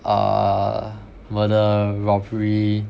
err murder robbery